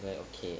then okay